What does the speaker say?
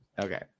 okay